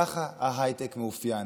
ככה ההייטק מאופיין,